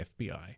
FBI